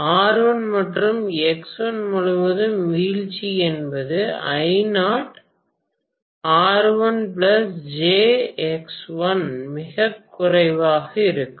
R1 மற்றும் X1 முழுவதும் வீழ்ச்சி என்பது மிகக் குறைவாக இருக்கும்